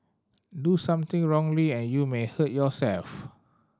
do something wrongly and you may hurt yourself